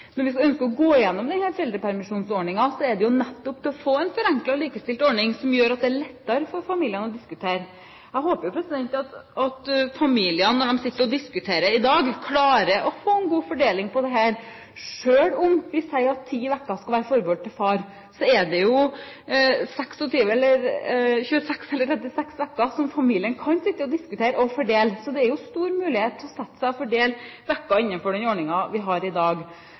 men ikke diskutere fedrekvote? Senterpartiet mener at familiene er i stand til å diskutere både kontantstøtte og foreldrepermisjon, og det håper vi jo at flere familier skal gjøre i dag. Når vi ønsker å gå igjennom denne foreldrepermisjonsordningen, er det nettopp for å få en forenklet og likestilt ordning som gjør at det er lettere for familiene å diskutere. Jeg håper at familiene, når de sitter og diskuterer i dag, klarer å få en god fordeling av denne. Selv om vi sier at ti uker skal være forbeholdt far, er det jo 36 uker igjen som familiene kan sitte og diskutere og fordele, så det er en stor mulighet til å fordele uker innenfor